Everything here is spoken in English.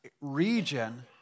region